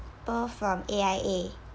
both from A_I_A